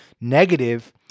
negative